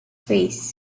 face